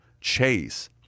Chase